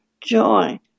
joy